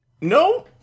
No